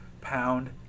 pound